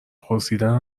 پرسیدن